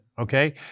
Okay